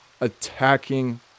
attacking